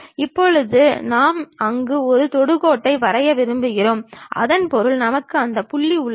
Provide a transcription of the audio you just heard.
இப்போது நாம் அங்கு ஒரு தொடுகோட்டை வரையப் போகிறோம் இதன் பொருள் நமக்கு அந்த புள்ளி உள்ளது